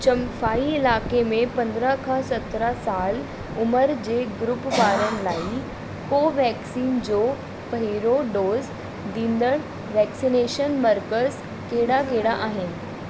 चम्फाई इलाइक़े में पंद्रहं खां सत्रहं साल उमिरि जे ग्रूप वारनि लाइ कोवेक्सीन जो पहिरियों डोज़ ॾींदड़ वैक्सीनेशन मर्कज़ कहिड़ा कहिड़ा आहिनि